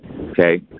Okay